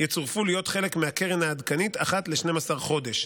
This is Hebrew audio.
יצורפו להיות חלק מהקרן העדכנית אחת ל-12 חודש.